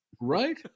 Right